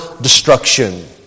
destruction